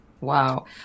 Wow